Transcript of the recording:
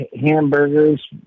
hamburgers